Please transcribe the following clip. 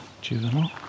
juvenile